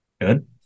Good